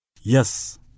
Yes